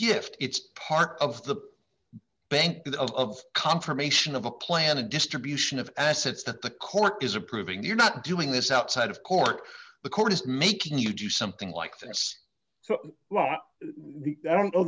gift it's part of the bank bit of confirmation of a plan a distribution of assets to the court is approving you're not doing this outside of court the court is making you do something like this and so well the i don't know